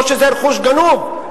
או שזה רכוש גנוב,